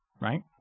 right